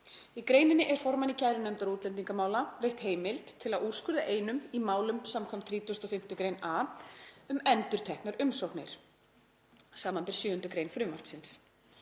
„Í greininni er formanni kærunefndar útlendingamála veitt heimild til að úrskurða einum í málum skv. 35. gr. a um endurteknar umsóknir, sbr. 7. gr. frumvarpsins.